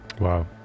Wow